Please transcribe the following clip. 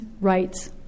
rights